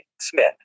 Smith